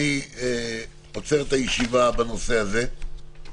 אני עוצר את הישיבה בנושא הזה,